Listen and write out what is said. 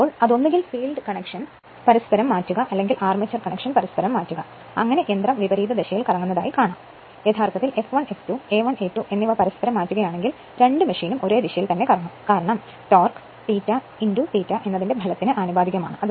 അതിനാൽ അത് ഒന്നുകിൽ ഫീൽഡ് കണക്ഷൻ പരസ്പരം മാറ്റുക അല്ലെങ്കിൽ ആർമേച്ചർ കണക്ഷൻ പരസ്പരം മാറ്റുക അങ്ങനെ യന്ത്രം വിപരീത ദിശയിൽ കറങ്ങും എന്നാൽ യഥാർത്ഥത്തിൽ F1 F2 A1 A2 എന്നിവ പരസ്പരം മാറ്റുകയാണെങ്കിൽ രണ്ട് മെഷീനും ഒരേ ദിശയിൽ കറങ്ങും കാരണം ടോർക്ക് ∅∅ എന്നതിന്റെ ഫലത്തിന് ആനുപാതികമാണ്